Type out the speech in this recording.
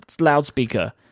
loudspeaker